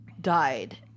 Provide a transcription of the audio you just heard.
died